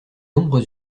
ombres